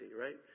right